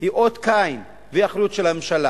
היא אות קין ואחריות של הממשלה.